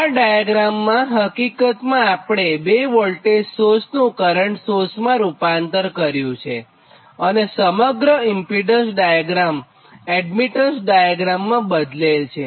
તો આ ડાયાગ્રામમાં હકીકતમાં આપણે બે વોલ્ટેજ સોર્સનું કરંટ સોર્સમાં રૂપાંતર કર્યું છે અને સમગ્ર ઇમ્પીડન્સ ડાયાગ્રામ એડમીટન્સ ડાયાગ્રામમાં બદલેલ છે